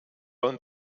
und